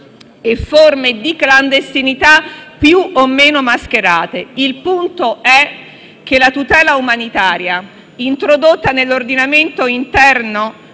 e forme di clandestinità più o meno mascherate. Il punto è che la tutela umanitaria, introdotta nell'ordinamento interno